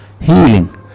healing